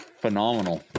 phenomenal